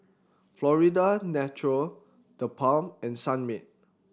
Florida Natural TheBalm and Sunmaid